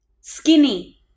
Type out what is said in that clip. Skinny